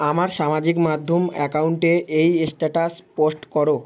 আমার সামাজিক মাধ্যম অ্যাকাউন্টে এই স্ট্যাটাস পোস্ট করো